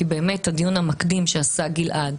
כי הדיון המקדים שעשה גלעד,